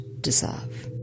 deserve